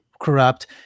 corrupt